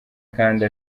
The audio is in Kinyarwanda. kandi